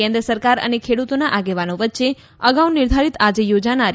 કેન્દ્ર સરકાર અને ખેડૂતોના આગેવાનો વચ્ચે અગાઉ નિર્ધારીત આજે યોજાનારી